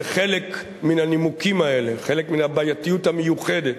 וחלק מן הנימוקים האלה, חלק מן הבעייתיות המיוחדת,